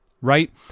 right